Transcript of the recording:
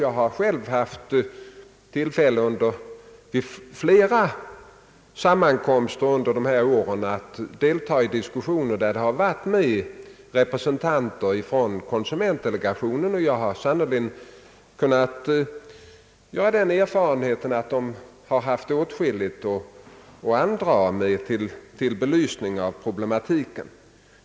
Jag har själv under de gångna åren haft tillfälle att deltaga i diskussioner där representanter för konsumentdelegationen varit med, och jag har verkligen gjort den erfarenheten att de haft åtskilligt att andraga till belysning av problematiken.